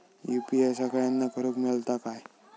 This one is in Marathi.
यू.पी.आय सगळ्यांना करुक मेलता काय?